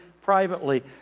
privately